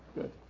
good